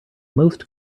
most